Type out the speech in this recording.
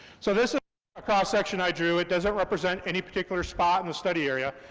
so this is a cross section i drew, it doesn't represent any particular spot in the study area.